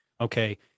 okay